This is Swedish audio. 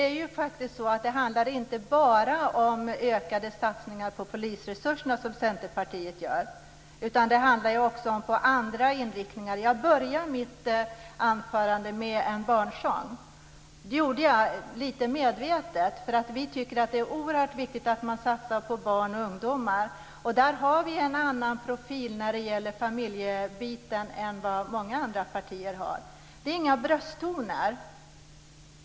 Fru talman! Det är inte bara ökade satsningar på polisresurser som Centerpartiet gör. Det handlar också om satsningar på andra områden. Jag började mitt anförande med en barnsång. Det gjorde jag lite medvetet. Vi tycker att det är oerhört viktigt att man satsar på barn och ungdomar. Vi har en annan profil när det gäller familjepolitiken än vad många andra partier har. Det var inga brösttoner.